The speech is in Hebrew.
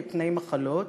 מפני מחלות,